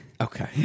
Okay